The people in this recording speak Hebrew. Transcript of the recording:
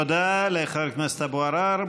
תודה לחבר הכנסת אבו עראר.